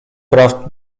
praw